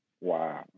Wow